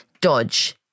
dodge